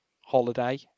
holiday